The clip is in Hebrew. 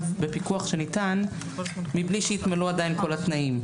בפיקוח שניתן מבלי שהתמלאו עדיין כל התנאים.